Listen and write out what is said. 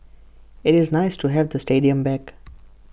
IT is nice to have the stadium back